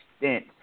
extent